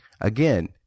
Again